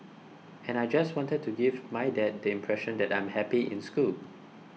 and I just wanted to give my dad the impression that I'm happy in school